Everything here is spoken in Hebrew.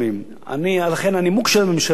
הנימוק של הממשלה, שהיה אז,